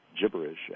gibberish